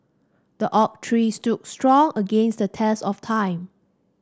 the oak tree stood strong against the test of time